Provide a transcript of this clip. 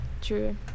True